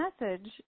message